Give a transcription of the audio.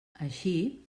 així